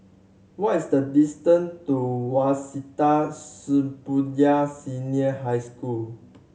what is the distance to Waseda Shibuya Senior High School